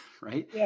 Right